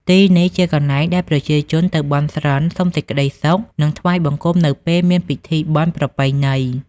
ទីនេះជាកន្លែងដែលប្រជាជនទៅបន់ស្រន់ សុំសេចក្ដីសុខ និងថ្វាយបង្គំនៅពេលមានពិធីបុណ្យប្រពៃណី។